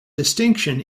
distinction